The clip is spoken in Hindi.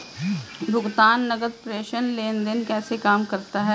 भुगतान नकद प्रेषण लेनदेन कैसे काम करता है?